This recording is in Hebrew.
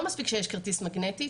לא מספיק שיש כרטיס מגנטי,